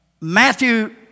Matthew